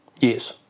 Yes